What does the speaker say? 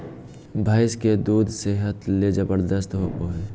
भैंस के दूध सेहत ले जबरदस्त होबय हइ